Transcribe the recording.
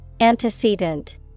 Antecedent